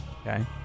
Okay